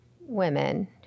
women